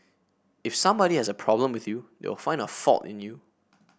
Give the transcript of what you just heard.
if somebody has a problem with you they will find a fault in you